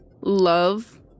love